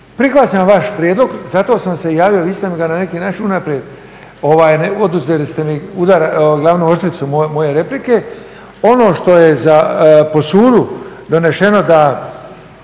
Prihvaćam vaš prijedlog, zato sam se javio, vi ste mi ga na neki način unaprijed oduzeli ste mi glavnu oštricu moje replike, ono što je po sudu doneseno da